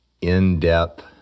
in-depth